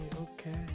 okay